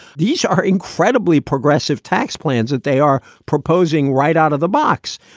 these are incredibly progressive tax plans that they are proposing right out of the box.